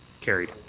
carried.